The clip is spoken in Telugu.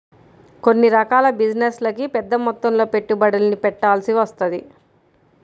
కొన్ని రకాల బిజినెస్లకి పెద్దమొత్తంలో పెట్టుబడుల్ని పెట్టాల్సి వత్తది